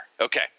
Okay